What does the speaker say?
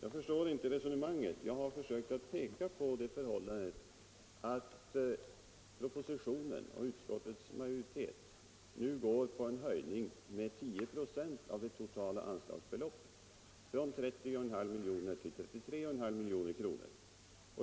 Jag förstår inte resonemanget. Jag har försökt peka på förhållandet att propositionen och utskottsmajoriteten nu föreslår en höjning av det totala anslagsbeloppet med 10 96, från 30,5 milj.kr. till 33,5 milj.kr.